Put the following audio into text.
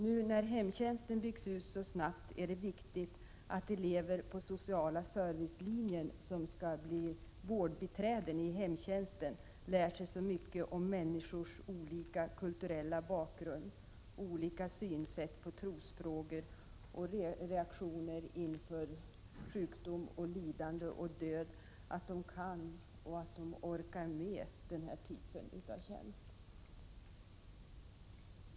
Nu när hemtjänsten byggs ut så snabbt är det viktigt att elever på sociala servicelinjen, som skall bli vårdbiträden inom hemtjänsten, lär sig så mycket om människors olika kulturella bakgrund, olika syn på trosfrågor, reaktioner inför sjukdom, lidande och död att de kan och orkar med den här typen av tjänst.